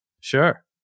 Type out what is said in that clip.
Sure